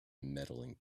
medaling